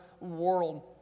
world